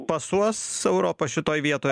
pasuos europa šitoj vietoj